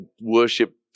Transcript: worship